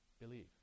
believe